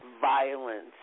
violence